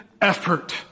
effort